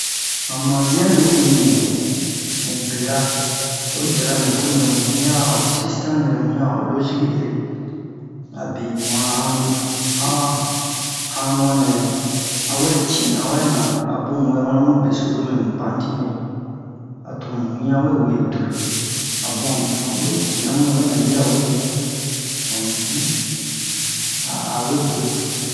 Han mazian nɛ we nimu mu bera oyi diara me t mɛro mu wian a ho sistɛm ere mu wian a ho loziki ere abe mu'a hane han hanu'a nɛ a we ti'an wɛ na a bun wɛwa mu beso zo mi mu pantine a to mu wian we we dure a bun a mu cunu mu we ci'an mu wɛna yirawe a mu ji a a we dure